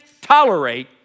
tolerate